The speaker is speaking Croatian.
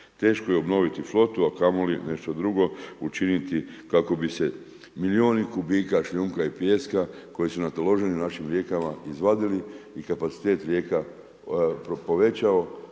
Teško je obnoviti flotu a kamoli nešto drugo učiniti kako bi se milijuni kubika šljunka i pijeska koji su nataloženi u našim rijekama izvadili i kapacitet rijeka povećao